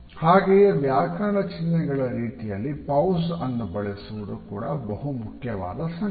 ಹಾಗೆಯೇ ವ್ಯಾಕರಣ ಚಿನ್ನೆಹಗಳ ರೀತಿಯಲ್ಲಿ ಪೌಜ್ ಅನ್ನು ಬಳಸುವುದು ಕೂಡ ಬಹು ಮುಖ್ಯವಾದ ಸಂಗತಿ